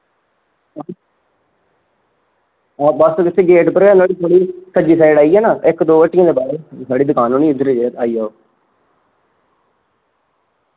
हां बस इत्थै गेट पर गै नोह्ड़ी थोह्ड़ी सज्जी साइड आइयै ना इक दो हट्टियां दे बाद साढ़ी दुकान होनी ऐ इद्धर आई जाओ